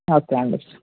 okay అండి